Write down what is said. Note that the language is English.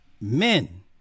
Men